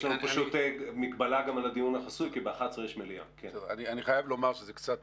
אני חייב לומר שקצת